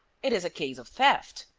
it is a case of theft.